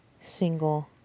Single